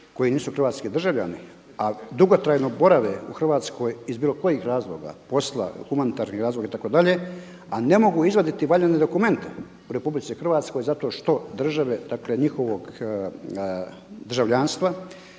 koji nisu hrvatski državljani, a dugotrajno borave u Hrvatskoj iz bilo kojih razloga, posla, humanitarnog razloga itd., a ne mogu izvaditi valjane dokumente u RH zapravo što države dakle njihovog državljanstva